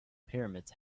pyramids